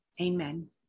Amen